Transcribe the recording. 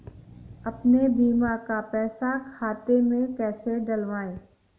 अपने बीमा का पैसा खाते में कैसे डलवाए?